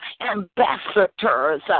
ambassadors